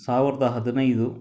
ಸಾವಿರದ ಹದಿನೈದು